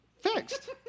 fixed